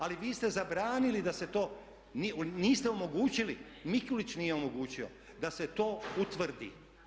Ali vi ste zabranili da se to, niste omogućili, Mikulić nije omogućio da se to utvrdi.